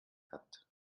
hat